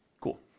Cool